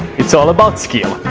it's all about skill!